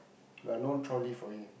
but no trolley for him